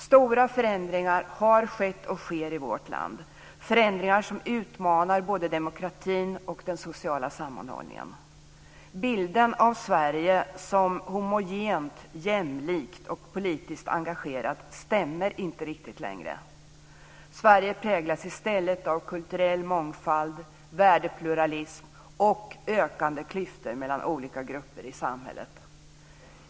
Stora förändringar har skett och sker i vårt land, förändringar som utmanar både demokratin och den sociala sammanhållningen. Bilden av Sverige som homogent, jämlikt och politiskt engagerat stämmer inte riktigt längre. Sverige präglas i stället av kulturell mångfald, värdepluralism och ökande klyftor mellan olika grupper i samhället.